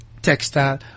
textile